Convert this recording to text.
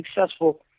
successful